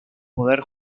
poder